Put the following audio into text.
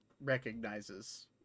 recognizes